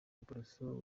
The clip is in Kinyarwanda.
giporoso